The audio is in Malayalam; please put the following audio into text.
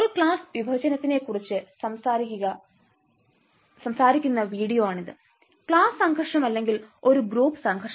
ഒരു ക്ലാസ് വിഭജനത്തെക്കുറിച്ച് സംസാരിക്കുന്ന വീഡിയോ ആണിത് ക്ലാസ് സംഘർഷം അല്ലെങ്കിൽ ഒരു ഗ്രൂപ്പ് സംഘർഷം